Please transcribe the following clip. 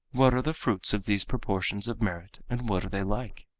what are the fruits of these proportions of merit and what are they like?